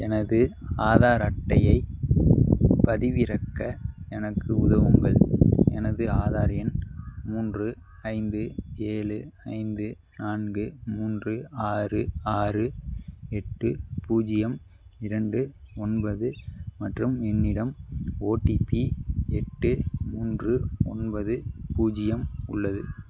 எனது ஆதார் அட்டையைப் பதிவிறக்க எனக்கு உதவுங்கள் எனது ஆதார் எண் மூன்று ஐந்து ஏழு ஐந்து நான்கு மூன்று ஆறு ஆறு எட்டு பூஜ்ஜியம் இரண்டு ஒன்பது மற்றும் என்னிடம் ஓடிபி எட்டு மூன்று ஒன்பது பூஜ்ஜியம் உள்ளது